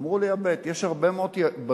אמרו לי: הבט, יש הרבה מאוד בנות